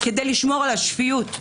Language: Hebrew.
כדי לשמור על השפיות.